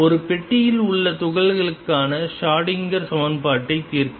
ஒரு பெட்டியில் உள்ள துகள்களுக்கான ஷ்ரோடிங்கர் Schrödinger சமன்பாட்டைத் தீர்க்கவும்